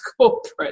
corporate